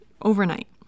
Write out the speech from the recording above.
overnight